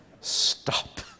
Stop